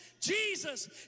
Jesus